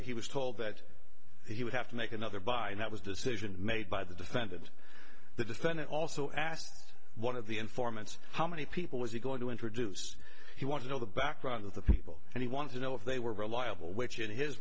he was told that he would have to make another by and that was decision made by the defendant the defendant also asked one of the informants how many people was he going to introduce he wanted to know the background of the people and he wanted to know if they were reliable which in his